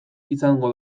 izango